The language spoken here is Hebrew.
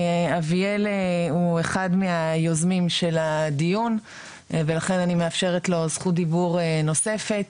אביאל הוא אחד מהיוזמים של הדיון ולכן אני מאפשרת לו זכות דיבור נוספת,